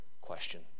question